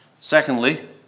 Secondly